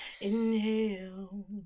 inhale